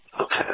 Okay